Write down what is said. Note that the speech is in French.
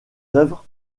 œuvres